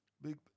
Big